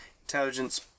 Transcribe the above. intelligence